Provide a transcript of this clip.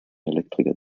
elektriker